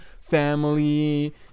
family